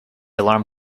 alarm